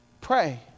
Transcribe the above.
Pray